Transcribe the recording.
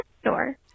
store